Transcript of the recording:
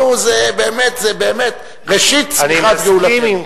נו, זה באמת, זה באמת ראשית צמיחת גאולתנו.